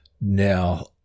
Now